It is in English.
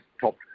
top